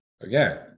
again